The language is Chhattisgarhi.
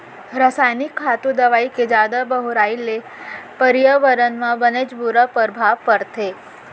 रसायनिक खातू, दवई के जादा बउराई ले परयाबरन म बनेच बुरा परभाव परथे